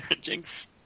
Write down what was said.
Jinx